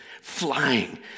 flying